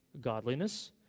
godliness